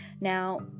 Now